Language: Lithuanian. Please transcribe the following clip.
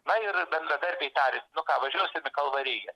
na ir bendradarbiai tarė nu ką važiuosim į kalvariją